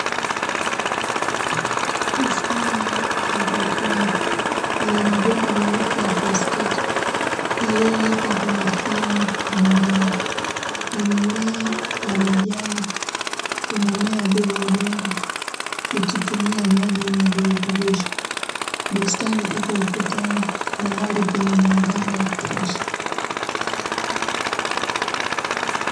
Bustani ya haidroponi yenye mabomba meupe ya plastiki ,yaliyowekwa kwenye fremu ya mbao, ni mimea ya majani inamea bila udongo, ikitumia maji yenye virutubisho. Bustani iko ukutani mahali penye mwangaza wa kutosha.